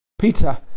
Peter